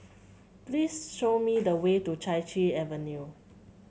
please show me the way to Chai Chee Avenue